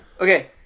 Okay